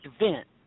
event